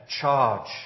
charge